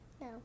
No